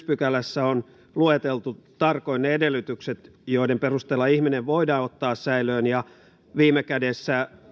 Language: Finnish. pykälässä on lueteltu tarkoin ne edellytykset joiden perusteella ihminen voidaan ottaa säilöön viime kädessä